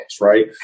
right